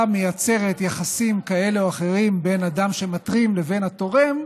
מייצרת יחסים כאלה או אחרים בין אדם שמתרים לבין התורם,